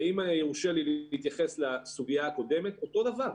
ואם יורשה לי להתייחס לסוגיה הקודמת אותו דבר,